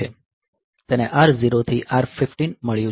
તેને R 0 થી R 15 મળ્યું છે